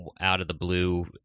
out-of-the-blue